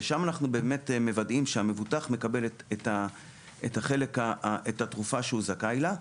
שבה אנחנו באמת מוודאים שהמבוטח מקבל את התרופה שהוא זכאי לה.